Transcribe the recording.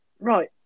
right